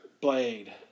Blade